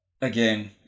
again